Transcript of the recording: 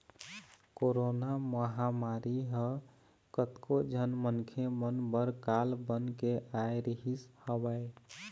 corona महामारी ह कतको झन मनखे मन बर काल बन के आय रिहिस हवय